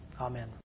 Amen